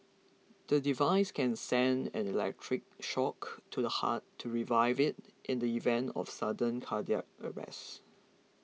the device can send an electric shock to the heart to revive it in the event of sudden cardiac arrest